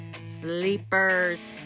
sleepers